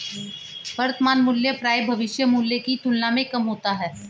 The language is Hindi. वर्तमान मूल्य प्रायः भविष्य मूल्य की तुलना में कम होता है